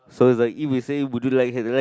so is like it will say would you like has I like